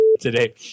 today